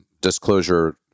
disclosure